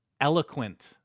eloquent